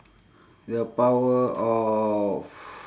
the power of